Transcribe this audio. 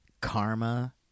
karma